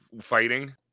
fighting